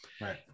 Right